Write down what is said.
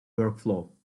workflow